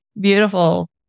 Beautiful